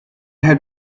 had